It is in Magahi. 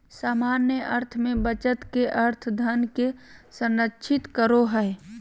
सामान्य अर्थ में बचत के अर्थ धन के संरक्षित करो हइ